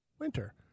winter